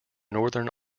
northern